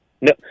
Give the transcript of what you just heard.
No